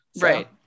right